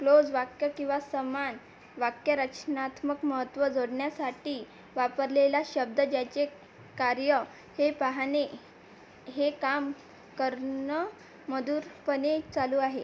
close वाक्य किंवा समान वाक्यरचनात्मक महत्त्व जोडण्यासाठी वापरलेला शब्द ज्याचे कार्य हे पाहणे हे काम करणे मधुरपणे चालू आहे